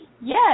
Yes